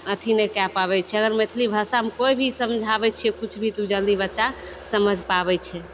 अथी नहि कए पाबै छै अगर मैथिली भाषामे केओ भी समझाबै छियै किछु भी तऽ ओ जल्दी बच्चा समझ पाबैत छै